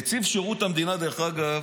נציב שירות המדינה, דרך אגב,